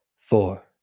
four